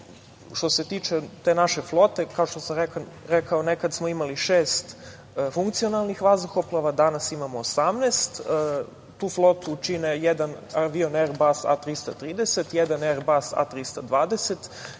se tiče te naše flote, kao što sam rekao, nekad smo imali šest funkcionalnih vazduhoplova. Danas imamo 18. Tu flotu čine jedan avion „Erbas A330“, jedan „Erbas A320“,